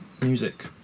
music